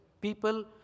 people